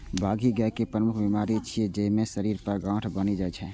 बाघी गाय के प्रमुख बीमारी छियै, जइमे शरीर पर गांठ बनि जाइ छै